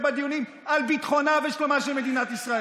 בדיונים על ביטחונה ושלומה של מדינת ישראל?